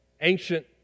ancient